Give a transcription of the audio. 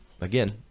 again